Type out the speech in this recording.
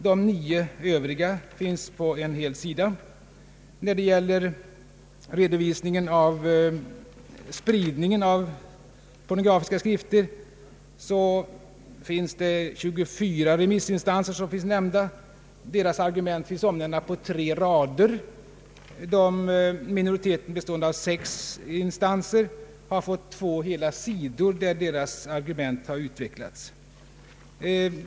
De nio övrigas redovisas på en hel sida. I fråga om spridningen av pornografiska skrifter är 24 remissinstanser nämnda. Deras argument finns omnämnda på tre rader. Minoriteten, bestående av sex instanser, har fått två hela sidor, där deras argument utvecklas.